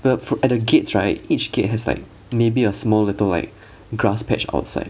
the f~ at the gates right each gate has like maybe a small little like grass patch outside